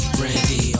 Brandy